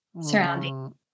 surrounding